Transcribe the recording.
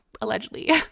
allegedly